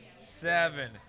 seven